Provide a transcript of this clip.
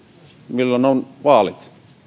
milloin on vaalit